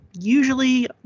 usually